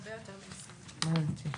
הבנתי.